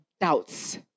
doubts